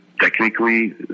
technically